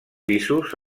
pisos